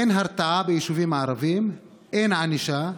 אין הרתעה ביישובים הערביים, אין ענישה,